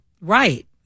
Right